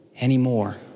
anymore